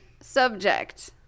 subject